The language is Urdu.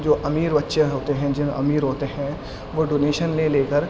جو امیر بچے ہوتے ہیں امیر ہوتے ہیں وہ ڈونیشن لے لے کر